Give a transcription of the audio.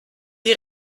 die